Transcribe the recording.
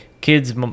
kids